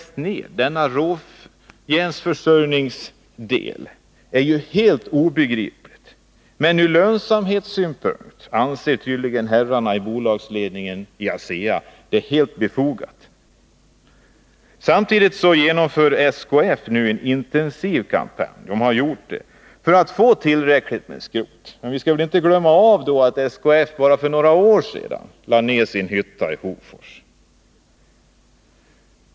Varför denna för råjärnsförsörjningen viktiga del läggs ner är helt obegripligt. Men ur lönsamhetssynpunkt anser tydligen herrarna i ASEA: s bolagsledning det helt befogat. Samtidigt genomför SKF en intensiv kampanj för att få tillräckligt med skrot. Men vi ska! då inte glömma att SKF för bara några år sedan lade ner sin hytta i Hofors.